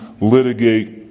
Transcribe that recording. litigate